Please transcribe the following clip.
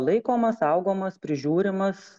laikomas saugomas prižiūrimas